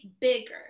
bigger